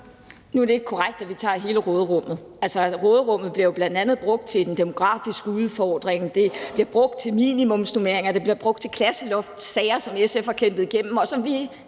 Nu er det ikke korrekt, at vi tager hele råderummet. Altså, råderummet bliver jo bl.a. brugt til den demografiske udfordring, det bliver brugt til minimumsnormeringer, det bliver brugt til klasseloft – sager, som SF har kæmpet igennem, og som vi